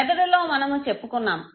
మొదటిలో మనము చెప్పుకున్నాము